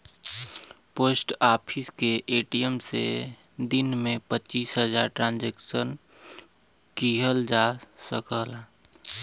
post office के ATM से दिन में पचीस हजार ट्रांसक्शन किहल जा सकला